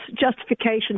justification